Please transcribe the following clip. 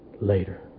later